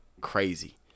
Crazy